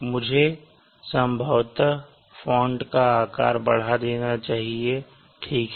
मुझे संभवतः फ़ॉन्ट का आकार बढ़ा देना चाहिए ठीक है